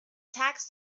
tax